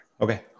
Okay